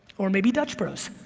or maybe dutch bros.